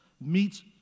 meets